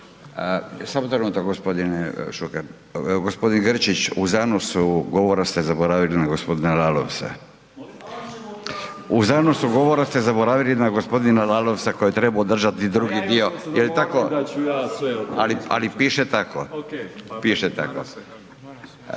Samo trenutak, g. Šuker. G. Grčić, u zanosu govora ste zaboravili na g. Lalovca. U zanosu govora ste zaboravili na g. Lalovca koji je trebao održati drugi dio … …/Upadica